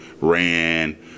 ran